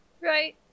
Right